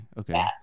okay